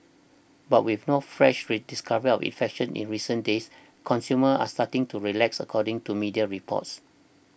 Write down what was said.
but with no fresh discoveries of infections in recent days consumers are starting to relax according to media reports